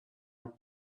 are